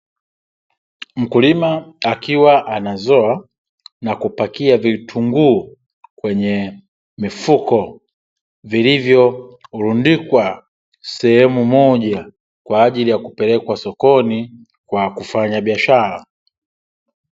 Mkulima akiwa anazoa na kupakia vitunguu kwenye mfuko, vilivyorundikwa sehemu moja, kwa ajili ya kupelekwa sokoni kufanya biashara.